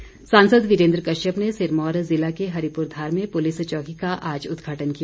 कश्यप सांसद वीरेन्द्र कश्यप ने सिरमौर जिला के हरिपुरधार में पुलिस चौकी का आज उद्घाटन किया